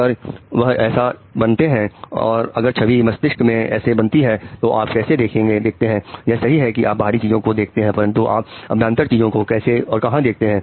अगर वह ऐसे ऐसे बनते हैं अगर छवि मस्तिष्क में ऐसे बनती है तो आप कैसे देखते हैं यह सही है कि आप बाहरी चीजों को देखते हैं परंतु आप अभ्यांतर चीजों को कैसे और कहां देखते हैं